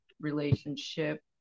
relationship